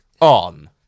on